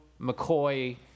McCoy